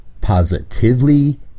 positively